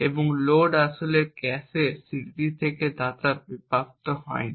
এবং লোড আসলে ক্যাশে স্মৃতি থেকে ডেটা প্রাপ্ত করে না